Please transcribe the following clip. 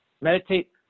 Meditate